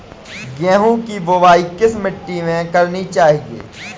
गेहूँ की बुवाई किस मिट्टी में करनी चाहिए?